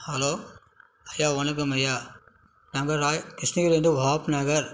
hello ஐயா வணக்கம் ஐயா நாங்கள் ராய கிருஷ்ணகிரிலேந்து வஹாப் நகர்